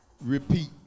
Repeat